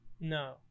no